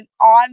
on